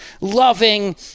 loving